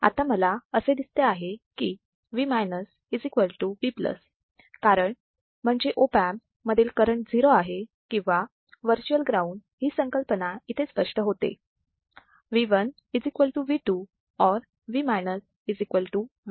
आता मला असे दिसत आहे की V V कारण ऑप एमप मधील करण 0 आहे किंवा वर्च्युअल ग्राउंड ही संकल्पना इथे स्पष्ट होते V1 V2 or V V